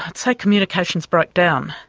but say communications broke down.